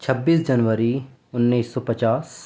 چھبیس جنوری انّیس سو پچاس